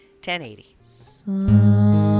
1080